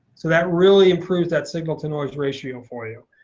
so that really improves that signal to noise ratio for you.